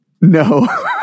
No